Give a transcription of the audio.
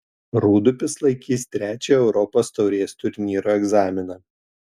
rūdupis laikys trečią europos taurės turnyro egzaminą